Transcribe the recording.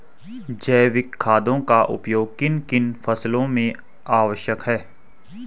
जैविक खादों का उपयोग किन किन फसलों में आवश्यक है?